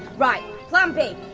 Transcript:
right, plan b.